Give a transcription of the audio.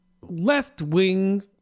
left-wing